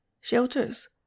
shelters